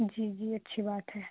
جی جی اچھی بات ہے